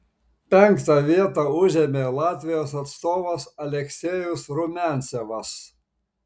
penktą vietą užėmė latvijos atstovas aleksejus rumiancevas